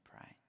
pray